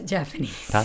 Japanese